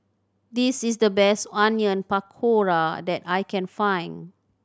this is the best Onion Pakora that I can find